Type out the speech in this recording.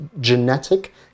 genetic